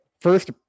First